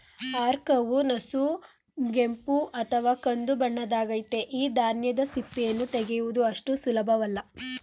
ಆರ್ಕವು ನಸುಗೆಂಪು ಅಥವಾ ಕಂದುಬಣ್ಣದ್ದಾಗಯ್ತೆ ಈ ಧಾನ್ಯದ ಸಿಪ್ಪೆಯನ್ನು ತೆಗೆಯುವುದು ಅಷ್ಟು ಸುಲಭವಲ್ಲ